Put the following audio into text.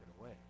away